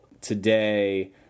today